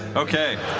okay.